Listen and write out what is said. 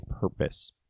purpose